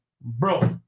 Bro